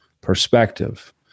Perspective